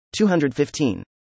215